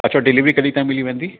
अच्छा डिलीवरी कॾहिं ताईं मिली वेंदी